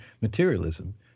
materialism